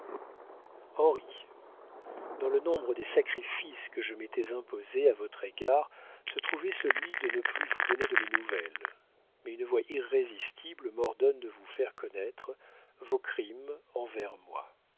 dans le nombre des sacrifisses que je m'étais imposée a votre égard ce trouvoit ce lui de ne plus vous donner de mes nouvelles mais une voix irrésistible mordonne de vous faire connettre vos crimes en vers moi